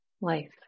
life